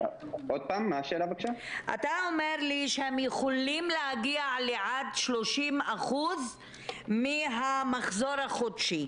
אתה אומר לי שהם יכולים להגיע לעד 30% מהמחזור החודש.